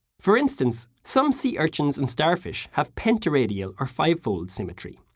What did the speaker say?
for instance, some sea urchins and starfish have pentaradial or five-fold symmetry,